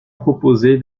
proposé